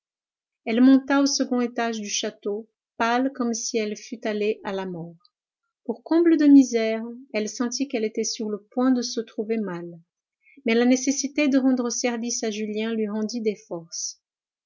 elle monta au second étage du château pâle comme si elle fût allée à la mort pour comble de misère elle sentit qu'elle était sur le point de se trouver mal mais la nécessité de rendre service à julien lui rendit des forces